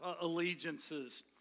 allegiances